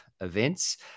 events